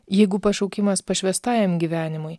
jeigu pašaukimas pašvęstajam gyvenimui